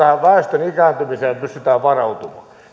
väestön ikääntymiseen pystytään varautumaan